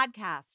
podcast